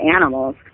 animals